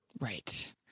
Right